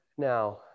Now